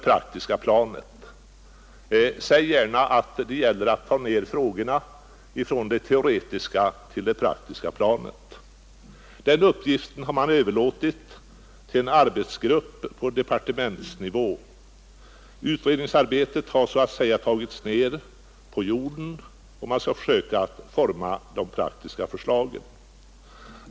Säg gärna att det gäller att ta ned frågorna från det teoretiska till det praktiska planet. Den uppgiften har man överlåtit till en arbetsgrupp på departementsnivå. Utredningsarbetet har så att säga tagits ned på jorden, och man skall försöka utforma de praktiska förslagen.